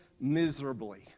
miserably